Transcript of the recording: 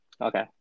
Okay